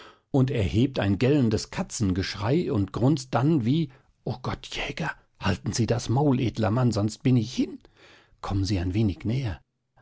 und erhebt ein gellendes katzengeschrei und grunzt dann wie o gott jäger halten sie das maul edler mann sonst bin ich hin kommen sie ein wenig näher